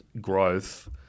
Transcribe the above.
growth